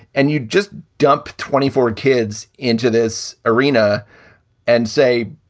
and you just dump twenty four kids into this arena and say,